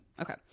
okay